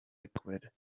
liquid